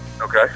Okay